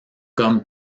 comme